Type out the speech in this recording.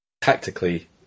tactically